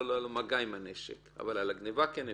היה לו מגע עם הנשק אבל על הגניבה כן אפשר.